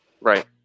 Right